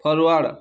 forward